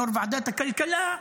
יו"ר ועדת הכלכלה: